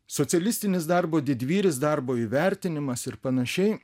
socialistinis darbo didvyris darbo įvertinimas ir panašiai